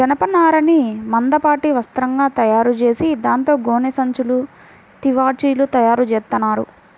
జనపనారని మందపాటి వస్త్రంగా తయారుచేసి దాంతో గోనె సంచులు, తివాచీలు తయారుచేత్తన్నారు